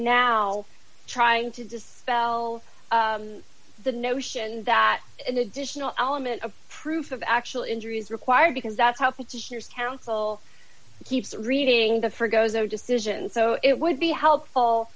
now trying to dispel the notion that an additional element of proof of actual injury is required because that's how petitioners counsel keeps reading the for gozo decision so it would be helpful